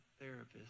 therapist